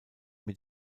mit